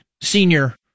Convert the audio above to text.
senior